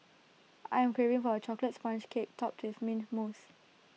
I am craving for A Chocolate Sponge Cake Topped with Mint Mousse